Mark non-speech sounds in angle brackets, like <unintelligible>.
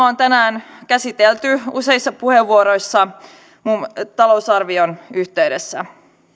<unintelligible> on tänään käsitelty useissa puheenvuoroissa talousarvion yhteydessä